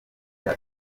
bya